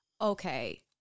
Okay